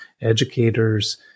educators